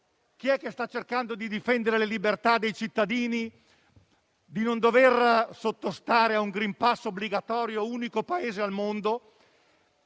chi è che sta cercando di difendere la libertà dei cittadini di non dover sottostare a un *green pass* obbligatorio (unico Paese al mondo),